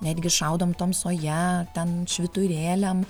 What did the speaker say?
netgi šaudom tamsoje ten švyturėliam